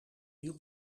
wiel